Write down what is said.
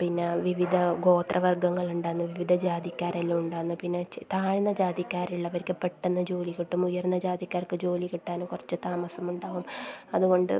പിന്നെ വിവിധ ഗോത്ര വർഗ്ഗങ്ങളുണ്ടാവുന്നു വിവിധ ജാതിക്കാരെല്ലാം ഉണ്ടാവുന്നു പിന്നെ താഴ്ന്ന ജാതിക്കാരുള്ളവർക്ക് പെട്ടെന്ന് ജോലി കിട്ടും ഉയർന്ന ജാതിക്കാർക്ക് ജോലി കിട്ടാൻ കുറച്ച് താമസമുണ്ടാവും അതുകൊണ്ട്